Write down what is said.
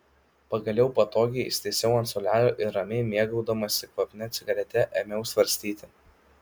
pagaliau patogiai įsitaisiau ant suolelio ir ramiai mėgaudamasi kvapnia cigarete ėmiau svarstyti